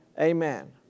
Amen